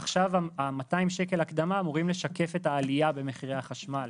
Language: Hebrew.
עכשיו ה-200 שקל הקדמה אמורים לשקף את העלייה במחירי החשמל